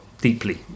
deeply